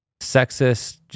sexist